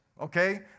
Okay